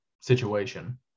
situation